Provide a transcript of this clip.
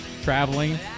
Traveling